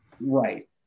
Right